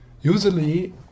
Usually